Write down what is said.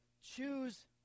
choose